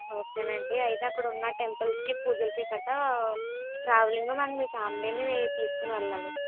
ఓకేనండి ఐతే అక్కడ ఉన్న టెంపుల్స్కి పూజలకి గట్టా ట్రావెలింగ్ మరి మీ ఫ్యామిలీని తీసుకుని వెళ్ళాలి